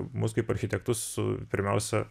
mus kaip architektus pirmiausia